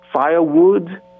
firewood